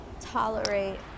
tolerate